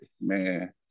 Man